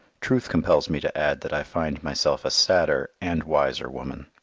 truth compels me to add that i find myself a sadder and wiser woman.